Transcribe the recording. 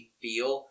feel